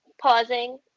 pausing